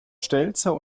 stelzer